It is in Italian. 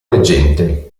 reggente